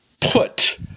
put